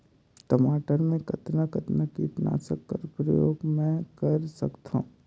टमाटर म कतना कतना कीटनाशक कर प्रयोग मै कर सकथव?